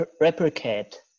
replicate